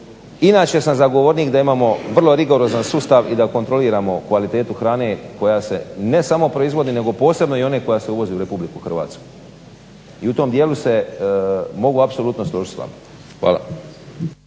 Inače sam zagovornik da imamo vrlo rigorozan sustav i da kontroliramo kvalitetu hrane koja se ne samo proizvodi nego posebno i one koja se uvozi u Republiku Hrvatsku i u tom dijelu se mogu apsolutno složit s vama. Hvala.